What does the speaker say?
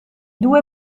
due